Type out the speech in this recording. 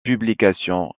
publication